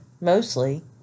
mostly